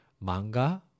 manga